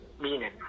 meaning